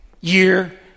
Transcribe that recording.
year